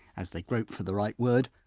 as they grope for the right word,